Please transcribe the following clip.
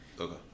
Okay